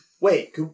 Wait